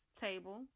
table